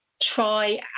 try